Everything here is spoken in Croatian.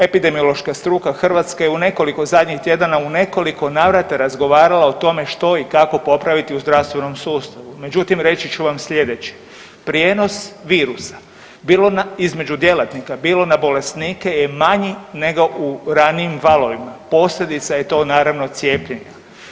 Epidemiološka struka Hrvatske u nekoliko zadnjih tjedana u nekoliko navrata razgovarala o tome što i kako popraviti u zdravstvenom sustavu, međutim reći ću vam sljedeće, prijenos virusa bilo između djelatnika, bilo na bolesnike je manji nego u ranijim valovima posljedica je to naravno cijepljenja.